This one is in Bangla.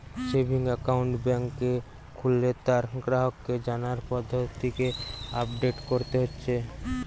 সেভিংস একাউন্ট বেংকে খুললে তার গ্রাহককে জানার পদ্ধতিকে আপডেট কোরতে হচ্ছে